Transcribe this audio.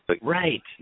Right